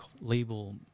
label